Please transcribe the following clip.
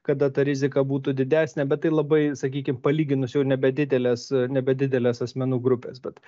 kada ta rizika būtų didesnė bet tai labai sakykim palyginus jau nebe didelės nebe didelės asmenų grupės bet